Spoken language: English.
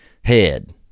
Head